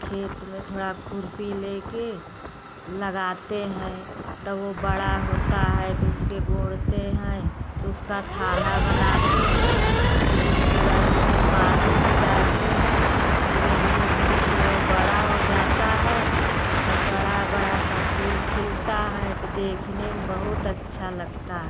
खेत में थोड़ा खुरपी लेके लगाते हैं तब वो बड़ा होता है तो उसके गोंड़ते हैं तो उसका थाहला बनाते हैं तो उसके बाद उसमें पानी भी डालते हैं धीरे धीरे धीरे धीरे ओ बड़ा हो जाता है तब बड़ा बड़ा सा फूल खिलता है तो देखने में बहुत अच्छा लगता है